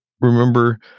remember